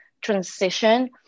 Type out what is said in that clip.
transition